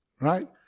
Right